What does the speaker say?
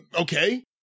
Okay